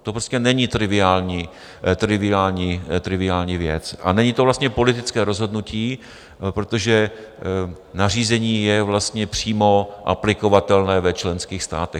To prostě není triviální věc a není to vlastně politické rozhodnutí, protože nařízení je vlastně přímo aplikovatelné ve členských státech.